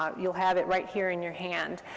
um you'll have it right here in your hand.